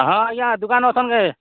ହଁ ଆଜ୍ଞା ଦୁକାନ୍ରେ ଅଛନ୍ କେ